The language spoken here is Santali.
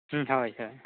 ᱦᱳᱭ ᱦᱳᱭ